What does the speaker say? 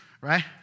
Right